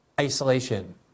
isolation